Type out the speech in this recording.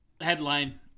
headline